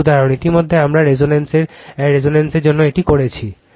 ইতিমধ্যে আমরা রেজোনেন্সের জন্য এটি করেছি